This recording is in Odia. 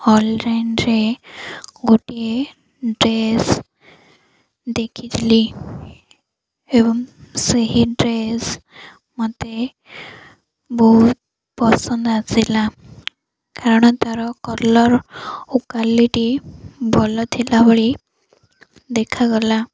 ଅନଲାଇନ୍ରେ ଗୋଟିଏ ଡ୍ରେସ୍ ଦେଖିଥିଲି ଏବଂ ସେହି ଡ୍ରେସ୍ ମୋତେ ବହୁତ ପସନ୍ଦ ଆସିଲା କାରଣ ତା'ର କଲର ଓ କ୍ୱାଲିଟି ଭଲ ଥିଲା ଭଳି ଦେଖାଗଲା